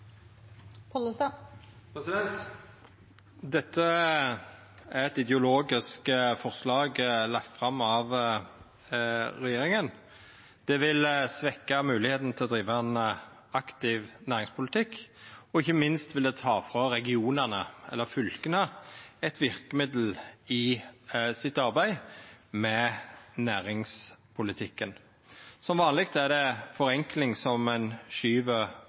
lagt fram av regjeringa. Det vil svekkja moglegheita til å driva ein aktiv næringspolitikk, og ikkje minst vil det ta frå regionane – eller fylka – eit verkemiddel i arbeidet deira med næringspolitikken. Som vanleg er det forenkling ein skyv framfor seg. Den førre talaren snakka om at her har ein